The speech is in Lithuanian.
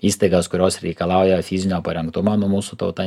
įstaigas kurios reikalauja fizinio parengtumo nu mūsų tauta